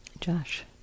Josh